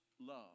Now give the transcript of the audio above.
love